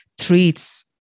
treats